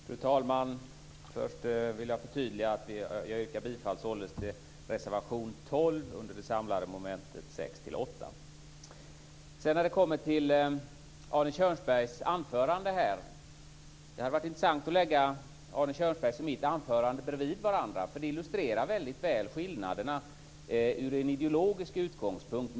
Fru talman! Först vill jag förtydliga att jag yrkar bifall till reservation 12 under det samlade momentet Sedan till Arne Kjörnsbergs anförande. Det hade varit intressant att lägga Arne Kjörnsbergs och mitt anförande bredvid varandra. Det illustrerar väldigt väl skillnaderna ur en ideologisk utgångspunkt.